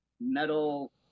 metal